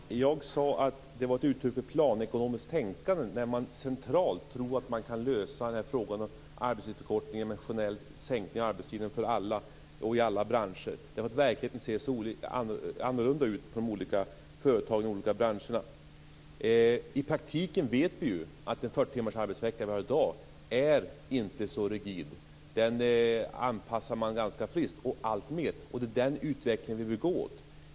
Herr talman! Jag sade att det var ett uttryck för planekonomiskt tänkande när man centralt tror att man kan lösa frågan om arbetstidsförkortning med en generell sänkning av arbetstiden för alla och i alla branscher. Verkligheten ser ju så annorlunda ut för olika företag och olika branscher. I praktiken vet vi ju att den 40 timmars arbetsvecka vi har i dag inte är så rigid. Den anpassar man ganska friskt och alltmer, och det är den utveckling vi bör gå mot.